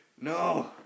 No